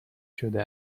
شده